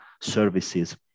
services